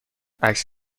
عکس